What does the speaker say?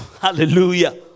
Hallelujah